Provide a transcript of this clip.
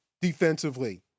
defensively